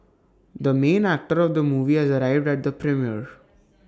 the main actor of the movie has arrived at the premiere